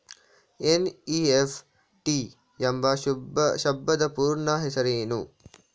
NEFT ಎಂಬ ಶಬ್ದದ ಪೂರ್ಣ ಹೆಸರೇನು?